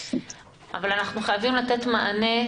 אבל אנחנו חייבים לתת מענה,